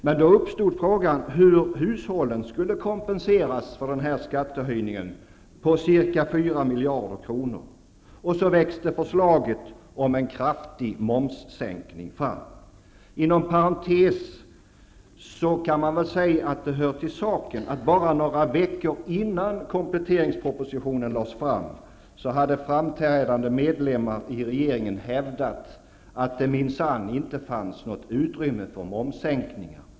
Men då uppstod frågan hur hushållen skulle kompenseras för denna skattehöjning på ca 4 miljarder kronor, och så växte förslaget om en kraftig momssänkning fram. Inom parentes kan jag säga att det hör till saken, att bara några veckor innan kompletteringspropositionen lades fram hade framträdande medlemmar i regeringen hävdat, att det minsann inte fanns något utrymme för momssänkningar.